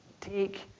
take